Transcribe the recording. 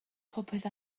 popeth